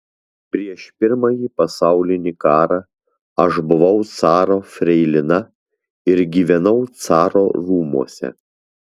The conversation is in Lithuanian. prieš pirmąjį pasaulinį karą aš buvau caro freilina ir gyvenau caro rūmuose